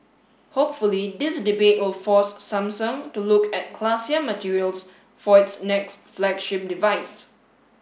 hopefully this debate will force Samsung to look at classier materials for its next flagship device